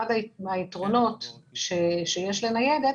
אחד היתרונות שיש לניידת